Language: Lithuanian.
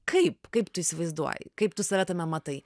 kaip kaip tu įsivaizduoji kaip tu save tame matai